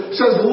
says